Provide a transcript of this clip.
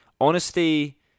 Honesty